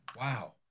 Wow